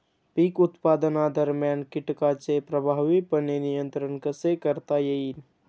पीक उत्पादनादरम्यान कीटकांचे प्रभावीपणे नियंत्रण कसे करता येईल?